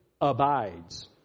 abides